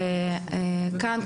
כאן,